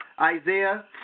Isaiah